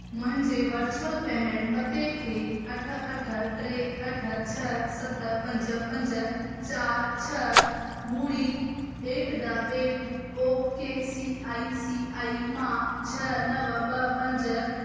मुंहिंजे virtual payment पते खे अठ अठ टे अठ छह सत पंज पंज चारि छह ॿुड़ी at the at O K C I C I मां छह नव ॿ पंज